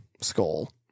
Skull